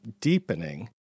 deepening